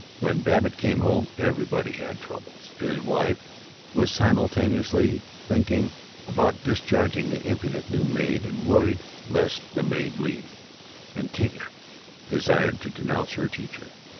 when babbitt came home, everybody had troubles his wife was simultaneously thinking about discharging the impudent new maid, and worried lest the maid leave and tinka desired to denounce her teacher.